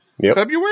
February